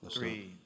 Three